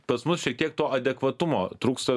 pas mus šiek tiek to adekvatumo trūksta